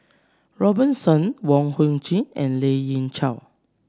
Robert Soon Wong Hung Khim and Lien Ying Chow